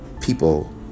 people